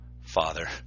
Father